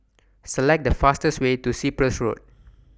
Select The fastest Way to Cyprus Road